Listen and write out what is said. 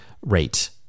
rate